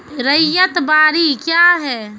रैयत बाड़ी क्या हैं?